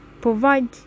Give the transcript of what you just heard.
provide